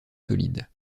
solide